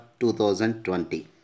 2020